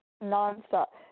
Non-stop